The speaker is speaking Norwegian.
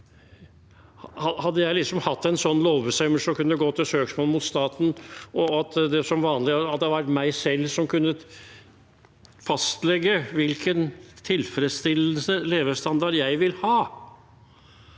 Hadde jeg hatt en sånn lovbestemmelse og kunnet gå til søksmål mot staten, om det hadde vært meg selv som kunne fastlegge hvilken «tilfredsstillende levestandard» jeg ville ha,